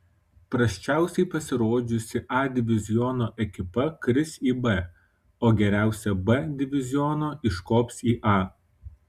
prasčiausiai pasirodžiusi a diviziono ekipa kris į b o geriausia b diviziono iškops į a